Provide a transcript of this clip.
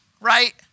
right